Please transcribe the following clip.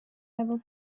ever